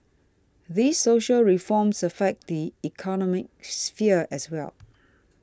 these social reforms affect the economic sphere as well